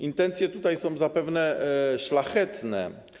Intencje tutaj są zapewne szlachetne.